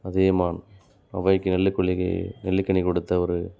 அதியமான் ஔவைக்கு நெல்லிக் கொல்லி நெல்லிக்கனி கொடுத்த ஒரு